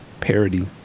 parody